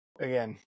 again